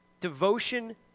Devotion